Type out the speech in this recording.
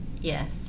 Yes